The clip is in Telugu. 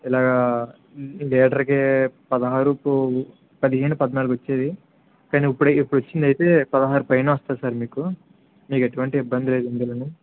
ఇలాగ లీటర్కి పదహారుకు పదిహేను పద్నాలుగు వచ్చేది కానీ ఇప్పు ఇప్పుడు వచ్చినదైతే పదహారు పైన వస్తుంది సార్ మీకు మీకు ఎటువంటి ఇబ్బంది లేదు ఇందులోనూ